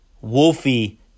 Wolfie